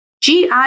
GI